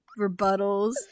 rebuttals